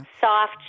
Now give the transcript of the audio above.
Soft